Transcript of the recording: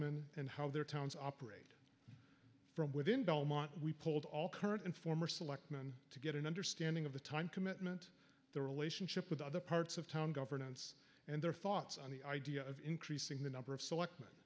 men and how their towns operate from within belmont we polled all current and former selectman to get an understanding of the time commitment the relationship with other parts of town governance and their thoughts on the idea of increasing the number of